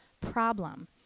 problem